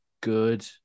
good